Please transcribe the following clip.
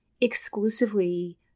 exclusively